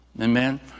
Amen